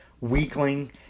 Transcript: weakling